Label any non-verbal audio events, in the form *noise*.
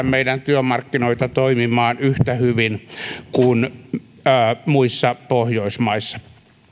*unintelligible* meidän työmarkkinoita toimimaan yhtä hyvin kuin muissa pohjoismaissa